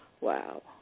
Wow